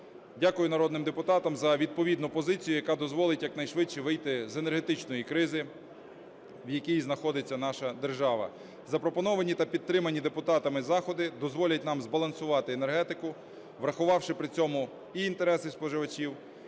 Дякую народним депутатам за відповідну позицію, яка дозволить якнайшвидше вийти з енергетичної кризи, в якій знаходиться наша держава. Запропоновані та підтримані депутатами заходи дозволять нам збалансувати енергетику, врахувавши при цьому і інтереси споживачів,